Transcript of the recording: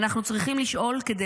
"אנחנו צריכים לשאול כדי